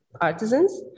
artisans